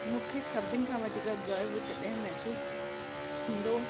मूंखे सभिनि खां वधीक गर्व तॾहिं महिसूसु थींदो